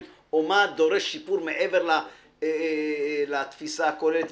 או מה דורש שיפור מעבר לתפיסה הכוללת.